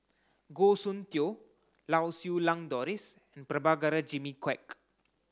Goh Soon Tioe Lau Siew Lang Doris and Prabhakara Jimmy Quek